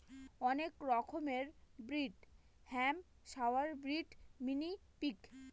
অনেক রকমের breed Hampshire breed, mini pig